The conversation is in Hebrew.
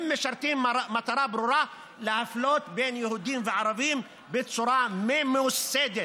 הם משרתים מטרה ברורה: להפלות בין יהודים וערבים בצורה ממוסדת.